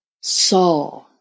saw